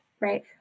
right